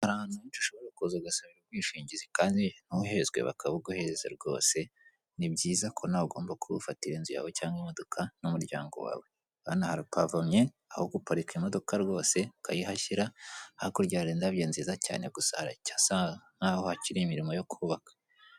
Ni ahantu henshi ushobora kuza ugasaba ubwishingizi kandi ntuhezwe bakabuguhereza rwose, ni byiza ko nawe ugomba kubufatira inzu yawe cyangwa imodoka, n'umuryango wawe. Hano harapavomye, aho guparika imodoka rwose ukayihashyira, hakurya hari indabyo nziza cyane gusa haracyasa nkaho hakiri imirimo yo kubaka.